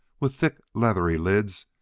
with thick, leathery lids,